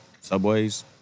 Subways